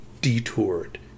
detoured